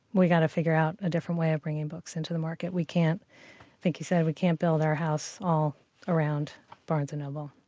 we've got to figure out a different way of bringing books into the market. we can't i think he said, we can't build our house all around barnes and noble.